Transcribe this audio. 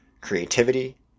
creativity